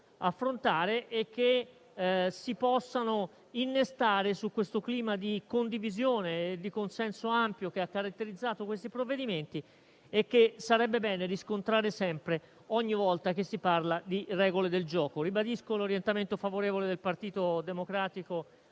affrontare e che si possono innestare su questo clima di condivisione e di consenso ampio che ha caratterizzato questi provvedimenti e che sarebbe bene riscontrare sempre ogni volta che si parla di regole del gioco. Ribadisco l'orientamento favorevole del Partito Democratico